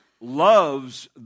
loves